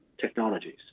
technologies